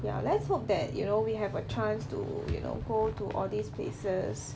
ya let's hope that you know we have a chance to you know go to all these places